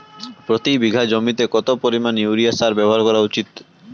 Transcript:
প্রতি বিঘা জমিতে কত পরিমাণ ইউরিয়া সার ব্যবহার করা উচিৎ?